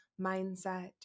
mindset